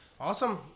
awesome